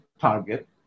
target